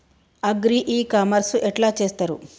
Agri e commerce ఎట్ల చేస్తరు?